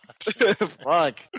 fuck